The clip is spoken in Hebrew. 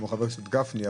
חבר הכנסת גפני,